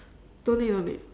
don't need don't need